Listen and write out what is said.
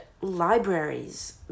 libraries